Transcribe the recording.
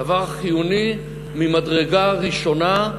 דבר חיוני ממדרגה ראשונה.